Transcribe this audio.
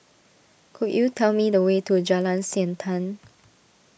could you tell me the way to Jalan Siantan